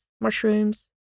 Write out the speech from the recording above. mushrooms